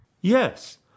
Yes